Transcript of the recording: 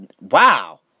Wow